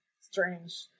strange